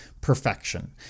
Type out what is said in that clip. Perfection